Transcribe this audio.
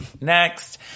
next